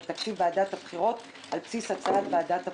תקציב ועדת הבחירות על בסיס הצעת ועדת הבחירות.